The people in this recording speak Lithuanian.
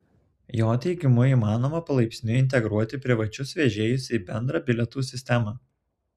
jo teigimu įmanoma palaipsniui integruoti privačius vežėjus į bendrą bilietų sistemą